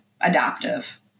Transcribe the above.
adaptive